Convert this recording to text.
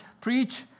preach